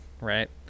right